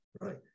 right